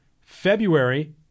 February